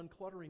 uncluttering